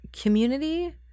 community